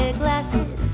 glasses